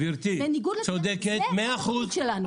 גברתי, צודקת מאה אחוז.